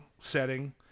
setting